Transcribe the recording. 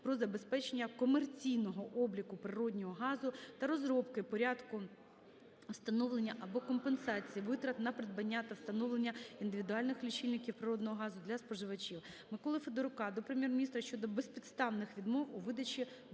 "Про забезпечення комерційного обліку природного газу" та розробки порядку встановлення або компенсації витрат на придбання та встановлення індивідуальних лічильників природного газу для споживачів. Миколи Федорука до Прем'єр-міністра щодо безпідставних відмов у видачі дозволів